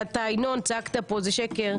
ינון, אתה צעקת כאן שזה שקר.